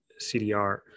CDR